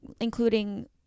including